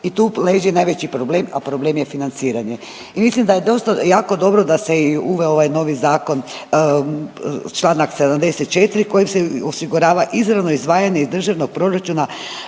i tu leži najveći problem, a problem je financiranje i mislim da je dosta jako dobro da se i uveo ovaj novi Zakon čl. 74 kojim se osigurava izravno izdvajanje iz državnog proračuna